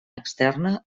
externa